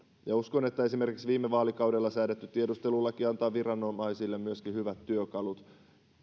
uskon että esimerkiksi viime vaalikaudella säädetty tiedustelulaki antaa viranomaisille hyvät työkalut